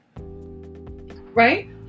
Right